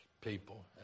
people